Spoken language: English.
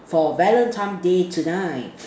for Valentine's day tonight